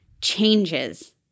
changes